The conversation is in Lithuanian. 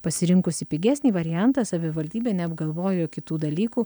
pasirinkusi pigesnį variantą savivaldybė neapgalvojo kitų dalykų